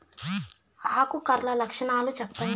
ఆకు కర్ల లక్షణాలు సెప్పండి